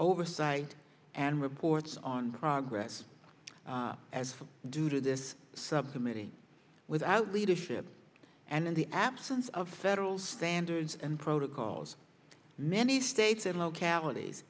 oversight and reports on progress as due to this subcommittee without leadership and in the absence of federal standards and protocols many states and localities